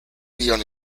dion